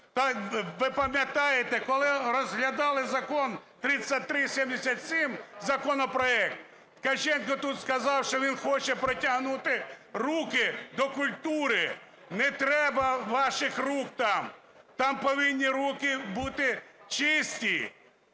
Ви пам'ятаєте, коли розглядали закон 3377, законопроект, Ткаченко тут сказав, що він хоче протягнути руки до культури. Не треба ваших рук там, там повинні руки бути чисті,